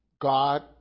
God